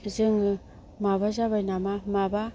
जोङो माबा जाबाय नामा माबा